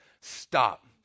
stop